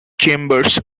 chambers